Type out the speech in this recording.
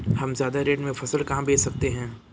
हम ज्यादा रेट में फसल कहाँ बेच सकते हैं?